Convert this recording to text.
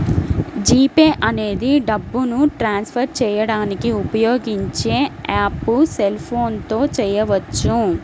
G pay అనేది డబ్బుని transfer చేయడానికి ఉపయోగించే యాప్పు సెల్ ఫోన్ తో చేయవచ్చు